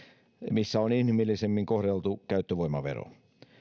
missä on inhimillisemmin kohdeltu käyttövoimavero